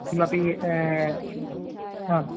किमपि हा